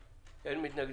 פה אחד (17) עד (22) אושרו.